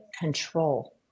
control